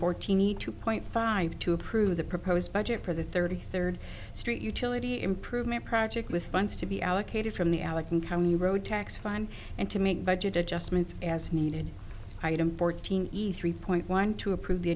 fortini two point five to approve the proposed budget for the thirty third street utility improvement project with funds to be allocated from the allegheny county road tax fine and to make budget adjustments as needed item fourteen e's three point one to approve the